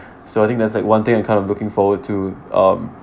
so I think that's like one thing I'm kind of looking forward to um